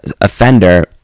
offender